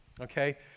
okay